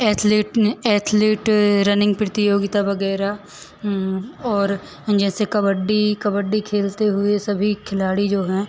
athlete athlete running प्रतियोगिता वगैरह और जैसे कबड्डी कबड्डी खेलते हुए सभी खिलाड़ी जो हैं